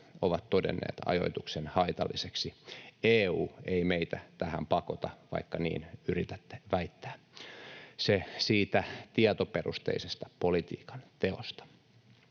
ovat todenneet ajoituksen haitalliseksi. EU ei meitä tähän pakota, vaikka niin yritätte väittää — se siitä tietoperusteisesta politiikanteosta.